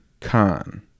Khan